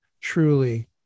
truly